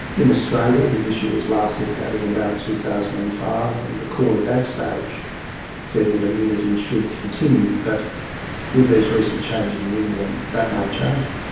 in australia, the issue was last looked at in about two thousand and five and the court at that stage said that immunity should continue, but with these recent changes in england, that may change.